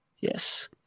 Yes